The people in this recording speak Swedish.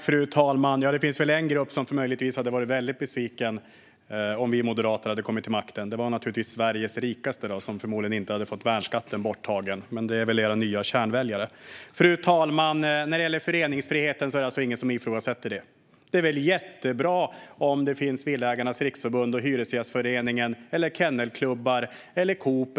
Fru talman! Det finns väl en grupp som möjligtvis hade varit väldigt besviken om vi moderater hade kommit till makten: Sveriges rikaste, som förmodligen inte hade fått värnskatten borttagen. Det är väl era nya kärnväljare. Fru talman! Det är ingen som ifrågasätter föreningsfriheten. Det är väl jättebra med Villaägarnas Riksförbund, Hyresgästföreningen, kennelklubbar och Coop.